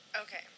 Okay